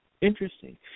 Interesting